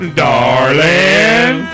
darling